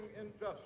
injustice